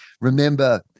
remember